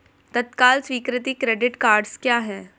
तत्काल स्वीकृति credit cards क्या हैं?